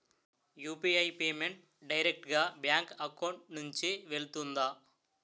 UPI payment direct గా bank account నుంచి వెళ్తుందా?